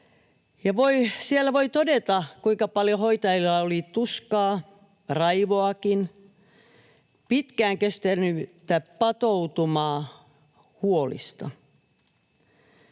siellä voi todeta, kuinka paljon hoitajilla oli tuskaa, raivoakin, pitkään kestänyttä patoutumaa huolista.